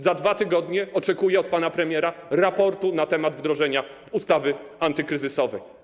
Za 2 tygodnie oczekuję od pana premiera raportu na temat wdrożenia ustawy antykryzysowej.